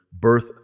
birth